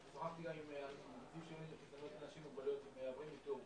אני שוחחתי גם עם אנשים בעלי מוגבלויות,